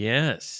Yes